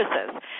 services